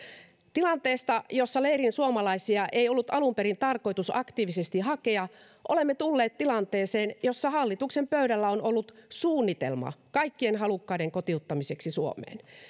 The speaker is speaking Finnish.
tilanteesta jossa leirin suomalaisia ei ollut alun perin tarkoitus aktiivisesti hakea olemme tulleet tilanteeseen jossa hallituksen pöydällä on ollut suunnitelma kaikkien halukkaiden kotiuttamiseksi suomeen